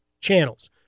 channels